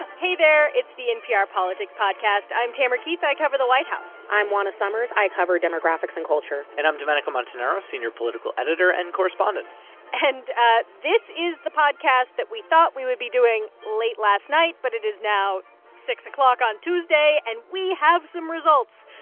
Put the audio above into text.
hey there. it's the npr politics podcast. i'm tamara keith. i cover the white house i'm juana summers. i cover demographics and culture and i'm domenico montanaro, senior political editor and correspondent and ah this is the podcast that we thought we would be doing late last night. but it is now six o'clock on tuesday, and we have some results.